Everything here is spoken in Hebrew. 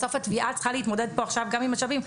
בסוף התביעה צריכה להתמודד פה עכשיו גם עם משאבים.